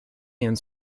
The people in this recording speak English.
and